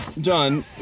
done